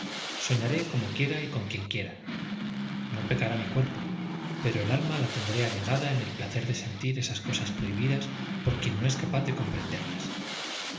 soñaré como quiera y con quien quiera no pecará mi cuerpo pero el alma la tendré anegada en el placer de sentir esas cosas prohibidas por quien no es capaz de comprenderlas